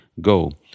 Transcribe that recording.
Go